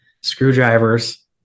screwdrivers